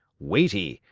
weighty,